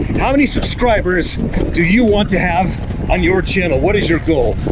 how many subscribers do you want to have on your channel? what is your goal?